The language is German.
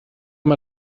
mal